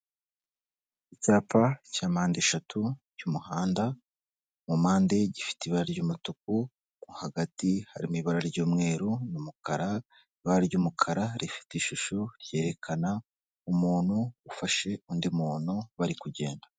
Icyapa cya mpande eshatu cy'umuhanda, mu mpande gifite ibara ry'umutuku, mo hagati harimo ibara ry'umweru, n'umukara, ibara ry'umukara rifite ishusho ryerekana umuntu ufashe undi muntu, bari kugenda.